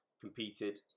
competed